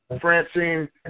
Francine